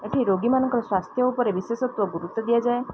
ଏଠି ରୋଗୀମାନଙ୍କର ସ୍ୱାସ୍ଥ୍ୟ ଉପରେ ବିଶେଷତ୍ୱ ଗୁରୁତ୍ୱ ଦିଆଯାଏ